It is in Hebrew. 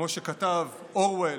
כמו שכתב אורוול,